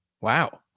wow